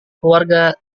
keluarga